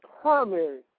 primary